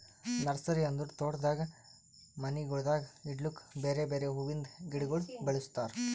nursery ಅಂದುರ್ ತೋಟದಾಗ್ ಮನಿಗೊಳ್ದಾಗ್ ಇಡ್ಲುಕ್ ಬೇರೆ ಬೇರೆ ಹುವಿಂದ್ ಗಿಡಗೊಳ್ ಬೆಳುಸ್ತಾರ್